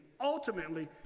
ultimately